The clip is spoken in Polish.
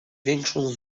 większą